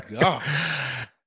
God